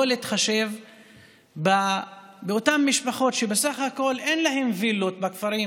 להתחשב באותן משפחות שבסך הכול אין להן וילות בכפרים